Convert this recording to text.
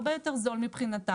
הרבה יותר זול מבחינתה.